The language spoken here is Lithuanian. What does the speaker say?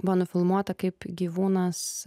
buvo nufilmuota kaip gyvūnas